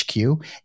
HQ